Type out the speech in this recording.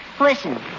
Listen